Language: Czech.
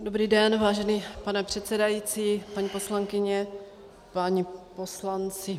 Dobrý den, vážený pane předsedající, paní poslankyně, páni poslanci.